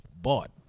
bought